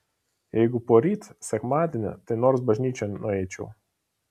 jeigu poryt sekmadienį tai nors bažnyčion nueičiau